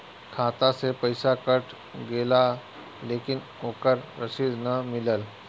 खाता से पइसा कट गेलऽ लेकिन ओकर रशिद न मिलल?